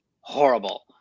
horrible